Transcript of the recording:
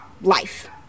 life